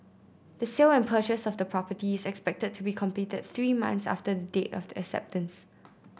the sale and purchase of the property is expected to be completed three months after the date of the acceptance